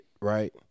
right